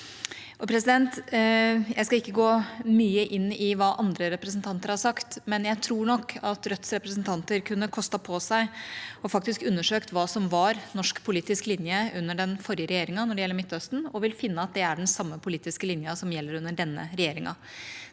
enighet om. Jeg skal ikke gå mye inn i hva andre representanter har sagt, men jeg tror nok at Rødts representanter kunne kostet på seg faktisk å undersøke hva som var norsk politisk linje under den forrige regjeringa når det gjelder Midtøsten. De vil finne at det er den samme politiske linja som gjelder under denne regjeringa.